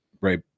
right